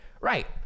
Right